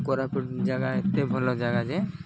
କୋରାପୁଟ ଜାଗା ଏତେ ଭଲ ଜାଗା ଯେ